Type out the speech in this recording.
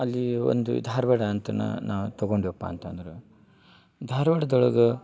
ಅಲ್ಲಿ ಒಂದು ಧಾರ್ವಾಡ ಅಂತನ ನಾವು ತಗೊಂಡ್ವೆಪಾ ಅಂತಂದ್ರೆ ಧಾರ್ವಾಡ್ದೊಳ್ಗ